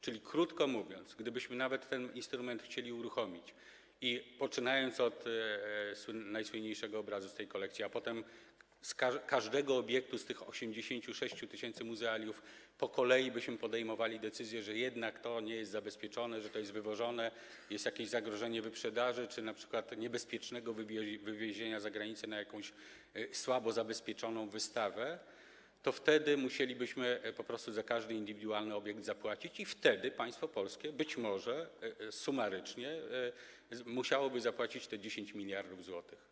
Czyli krótko mówiąc, gdybyśmy nawet ten instrument chcieli uruchomić, poczynając od najsłynniejszego obrazu z tej kolekcji, i gdybyśmy potem co do każdego obiektu z tych 86 tys. muzealiów po kolei podejmowali decyzję, że jednak to nie jest zabezpieczone, że jest to wywożone, że jest jakieś zagrożenie wyprzedażą czy np. niebezpiecznym wywiezieniem za granicę na jakąś słabo zabezpieczoną wystawę, to musielibyśmy po prostu za każdy indywidualny obiekt zapłacić i wtedy państwo polskie być może sumarycznie musiałoby zapłacić te 10 mld zł.